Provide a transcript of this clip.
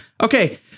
Okay